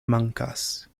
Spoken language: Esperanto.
mankas